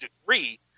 degree